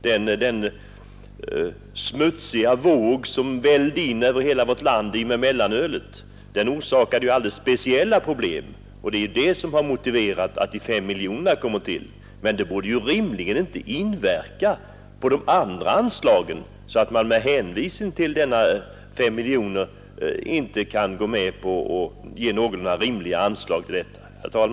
Den smutsiga våg som vällde över vårt land i och med mellanölets införande orsakade alldeles speciella problem, och det är de som har motiverat insättandet av dessa 5 miljoner kronor. Denna åtgärd borde emellertid rimligen inte inverka på de andra anslagen, så att man med hänvisning till de 5 miljonerna inte håller dessa på en rimlig nivå. Herr talman!